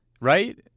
right